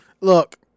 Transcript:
Look